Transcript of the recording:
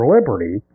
Liberty